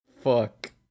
fuck